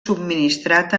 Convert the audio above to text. subministrat